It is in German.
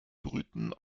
brüten